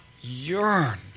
yearn